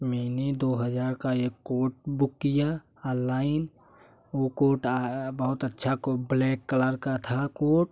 मैंने दो हज़ार का एक कोट बुक किया अलाइन वो कोट बहुत अच्छा को ब्लैक कलर का था कोट